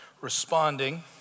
Responding